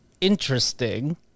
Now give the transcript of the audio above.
Interesting